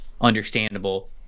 understandable